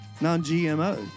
non-GMO